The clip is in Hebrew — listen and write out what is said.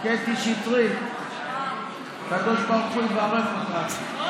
קטי שטרית, הקדוש ברוך הוא יברך אותך בהצלחה.